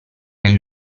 nel